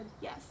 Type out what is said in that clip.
Yes